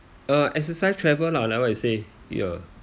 uh exercise travel lah like what you say ya